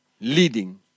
Leading